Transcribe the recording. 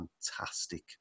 fantastic